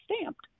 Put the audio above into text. stamped